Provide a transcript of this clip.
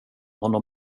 honom